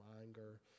anger